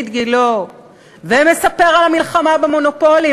גילה ומספר על המלחמה במונופולים,